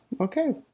okay